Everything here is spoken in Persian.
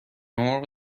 مرغ